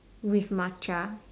with matcha